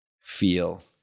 feel